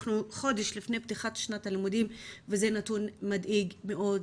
אנחנו חודש לפני פתיחת שנת הלימודים וזה נתון מדאיג מאוד.